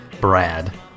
Brad